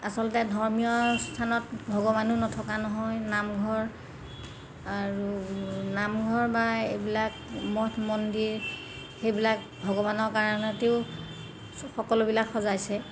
আচলতে ধৰ্মীয় স্থানত ভগৱানো নথকা নহয় নামঘৰ আৰু নামঘৰ বা এইবিলাক মঠ মন্দিৰ সেইবিলাক ভগৱানৰ কাৰণেইতো সকলোবিলাক সজাইছে